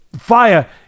fire